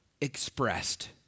expressed